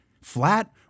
flat